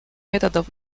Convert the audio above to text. методов